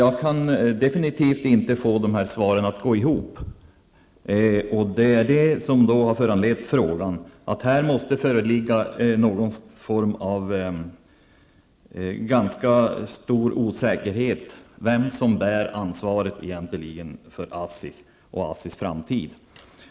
Jag kan definitivt inte få de här svaren att gå ihop. Det som har föranlett frågan är att det måste föreligga en ganska stor osäkerhet om vem som egentligen bär ansvaret för ASSIs framtid.